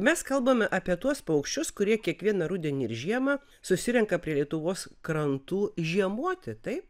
mes kalbame apie tuos paukščius kurie kiekvieną rudenį ir žiemą susirenka prie lietuvos krantų žiemoti taip